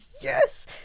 Yes